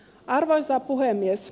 arvoisa puhemies